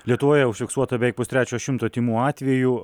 lietuvoje užfiksuota beveik pustrečio šimto tymų atvejų